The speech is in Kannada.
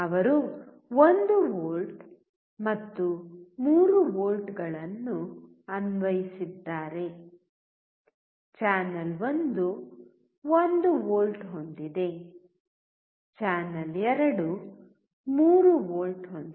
ಅವರು 1 ವೋಲ್ಟ್ ಮತ್ತು 3 ವೋಲ್ಟ್ಗಳನ್ನು ಅನ್ವಯಿಸಿದ್ದಾರೆ ಚಾನಲ್ 1 1 ವೋಲ್ಟ್ ಹೊಂದಿದೆ ಚಾನೆಲ್ 2 3 ವೋಲ್ಟ್ ಹೊಂದಿದೆ